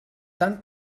tant